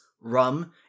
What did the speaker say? rum